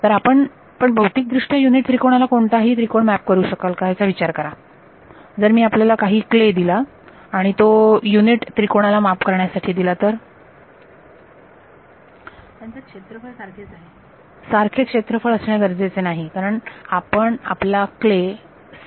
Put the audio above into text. तर आपण पण भौतिक दृष्ट्या युनिट त्रिकोणाला कोणताही त्रिकोण मॅप करू शकाल का विचार करा जर मी आपल्याला काही मातीचा गोळा दिला आणि तो युनिट त्रिकोणाला मॅप करण्यासाठी दिला तर त्यांचे क्षेत्रफळ सारखेच आहे सारखं क्षेत्रफळ असणे गरजेचे नाही आपण आपला क्ले लांब करू शकता किंवा कम्प्रेस करू शकता